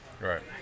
Right